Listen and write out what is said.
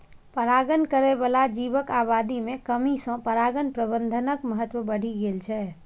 परागण करै बला जीवक आबादी मे कमी सं परागण प्रबंधनक महत्व बढ़ि गेल छै